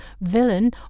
villain